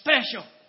special